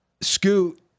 Scoot